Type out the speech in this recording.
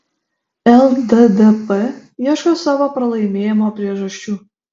lddp ieško savo pralaimėjimo priežasčių